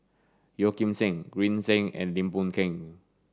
Yeo Kim Seng Green Zeng and Lim Boon Keng